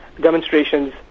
demonstrations